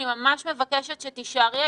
אני ממש מבקשת שתישארי,